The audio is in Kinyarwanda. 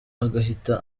agahita